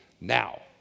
now